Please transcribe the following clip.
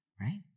right